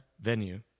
venue